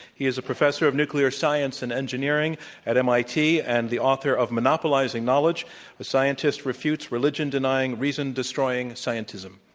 he is a professor of nuclear science and engineering at mit and the author of monopolizing knowledge the scientist refutes religion denying reason destroying scientism.